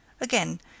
Again